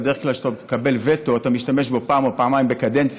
בדרך כלל כשאתה מקבל וטו אתה משתמש בו פעם או פעמיים בקדנציה,